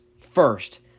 first